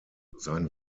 sein